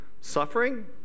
suffering